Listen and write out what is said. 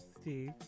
Steve